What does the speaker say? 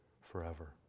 forever